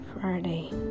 Friday